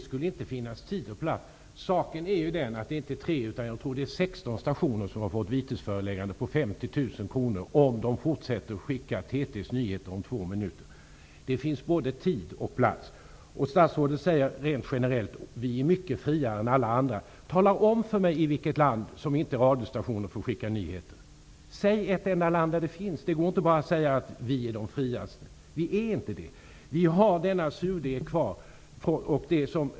Fru talman! Saken är den att det inte är fråga om tre utan jag tror det är sexton stationer som har fått vitesföreläggande på 50 000 kr om de fortsätter att sända TT:s nyheter om två minuter. Det finns både tid och plats. Statsrådet säger att vi i Sverige rent generellt är mycket friare än alla andra. Tala om för mig i vilket land radiostationer inte får sända nyheter! Säg ett enda land där sådana bestämmelser finns. Det går inte bara att säga att vi är de friaste. Vi är inte det. Vi har denna surdeg kvar.